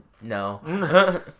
no